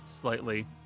slightly